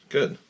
Good